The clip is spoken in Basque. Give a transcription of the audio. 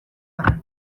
arren